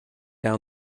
down